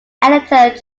editor